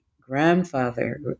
grandfather